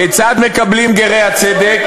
כיצד מקבלין גרי הצדק: